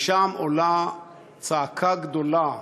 משם עולה צעקה גדולה.